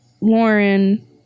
Lauren